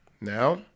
Now